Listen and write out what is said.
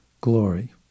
glory